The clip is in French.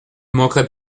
manquerait